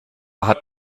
hat